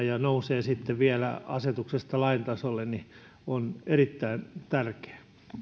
ja nousee sitten vielä asetuksesta lain tasolle erittäin tärkeää